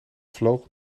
vloog